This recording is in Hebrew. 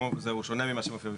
הוא שונה ממה שמופיע בפניכם.